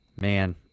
Man